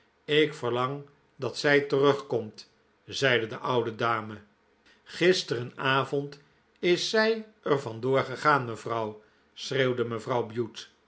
ik verlang dat zij terugkomt zeide de oude dame gisterenavond is zij er van door gegaan mevrouw schreeuwde mevrouw bute